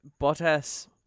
Bottas